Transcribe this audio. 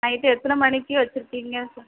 night எத்தனை மணிக்கு வச்சிருக்கீங்க